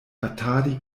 batadi